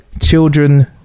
children